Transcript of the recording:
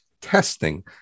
testing